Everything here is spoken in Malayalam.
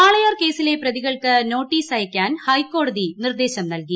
വാളയാർ കേസിലെ പ്രതീക്ൿക്ക് നോട്ടീസ് അയയ്ക്കാൻ ഹൈക്കോടതി നിർദ്ദേശം നൽകി